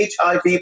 HIV